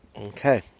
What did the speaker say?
Okay